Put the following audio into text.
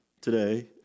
today